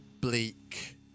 bleak